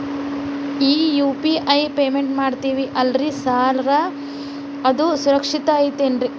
ಈ UPI payment ಮಾಡ್ತೇವಿ ಅಲ್ರಿ ಸಾರ್ ಅದು ಸುರಕ್ಷಿತ್ ಐತ್ ಏನ್ರಿ?